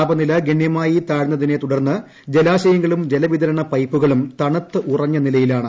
താപനില ഗഗണ്യമായി താഴ്ന്നതിനെ തുടർന്ന് ജലാശയങ്ങളും ജലവിതരണ പൈപ്പുകളും തണുത്ത് ഉറഞ്ഞ നിലയിലാണ്